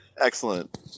Excellent